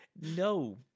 No